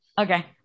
Okay